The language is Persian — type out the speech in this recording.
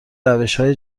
روشهای